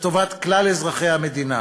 לטובת כלל אזרחי המדינה.